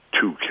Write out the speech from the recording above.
two